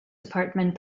department